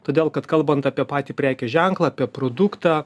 todėl kad kalbant apie patį prekės ženklą apie produktą